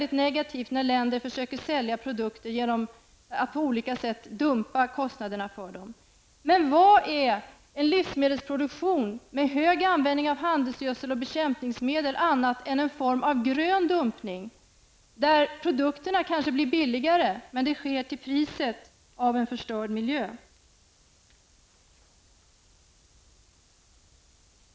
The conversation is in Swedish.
Det handlar alltså om att länder försöker sälja produkter genom att dumpa kostnaderna för dem. Men vad är en livsmedelsproduktion med hög användning av handelsgödsel och bekämpningsmedel annat än en form av grön dumpning! Produkterna blir kanske billigare, men det sker till priset av en förstörd miljö.